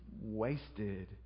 wasted